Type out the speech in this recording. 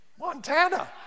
Montana